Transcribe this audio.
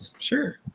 Sure